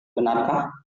benarkah